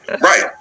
Right